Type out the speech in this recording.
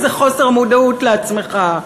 איזה חוסר מודעות לעצמך.